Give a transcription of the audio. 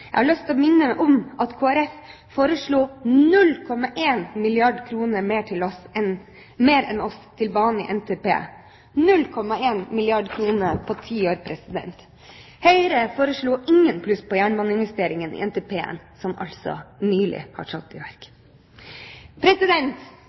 Jeg har lyst til å minne om at Kristelig Folkeparti foreslo 0,1 milliard kr mer enn oss til bane i NTP – 0,1 milliard kr på ti år. Høyre foreslo ingen pluss på jernbaneinvesteringen i NTP, som altså nylig har trådt i